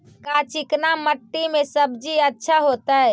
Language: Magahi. का चिकना मट्टी में सब्जी अच्छा होतै?